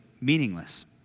meaningless